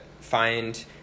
find